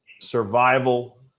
survival